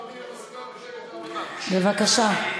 בבקשה.